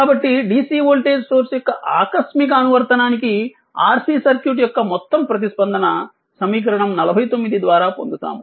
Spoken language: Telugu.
కాబట్టి DC వోల్టేజ్ సోర్స్ యొక్క ఆకస్మిక అనువర్తనానికి RC సర్క్యూట్ యొక్క మొత్తం ప్రతిస్పందన సమీకరణం 49 ద్వారా పొందుతాము